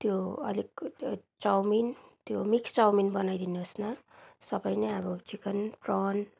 त्यो अलिक त्यो चाउमिन त्यो मिक्स चाउमिन बनाइदिनुहोस् न सबै नै अब चिकन प्रन